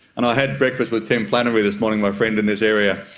and i had breakfast with tim flannery this morning, my friend in this area,